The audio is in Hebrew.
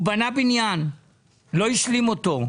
הוא בנה בניין ולא השלים אותו,